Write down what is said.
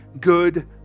good